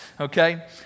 Okay